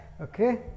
okay